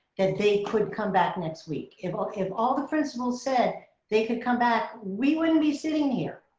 that they could come back next week. if all kind of all the principals said they could come back, we wouldn't be sitting here.